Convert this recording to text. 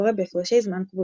שקורא בהפרשי זמן קבועים.